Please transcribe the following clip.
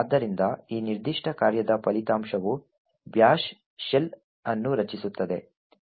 ಆದ್ದರಿಂದ ಈ ನಿರ್ದಿಷ್ಟ ಕಾರ್ಯದ ಫಲಿತಾಂಶವು ಬ್ಯಾಶ್ ಶೆಲ್ ಅನ್ನು ರಚಿಸುತ್ತದೆ